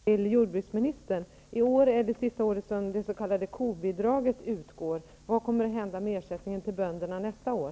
Fru talman! Jag har en fråga till jordbruksministern. I år är det sista året som det s.k. kobidraget utgår. Vad kommer att hända med ersättningen till bönderna nästa år?